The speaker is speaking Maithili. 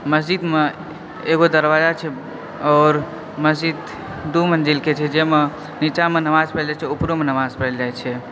मस्जिद मे एगो दरवाजा छै और मस्जिद दू मंजिल के छै जाहिमे निचा मे नमाज पढ़ल जाइ छै ऊपरो मे नमाज पढ़ल जाइ छै